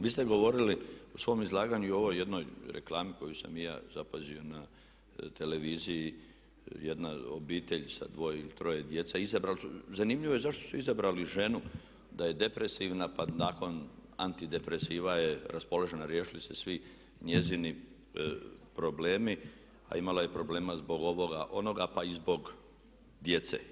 Vi ste govorili u svom izlaganju i o ovoj jednoj reklami koju sam i ja zapazio na televiziji, jedna obitelj sa dvoje ili troje djece, izabrali su, zanimljivo je zašto su izabrali ženu da je depresivna pa nakon antidepresiva je raspoložena, riješili su se svi njezini problemi a imala je problema zbog ovoga onoga, pa i zbog djece.